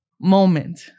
moment